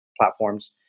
platforms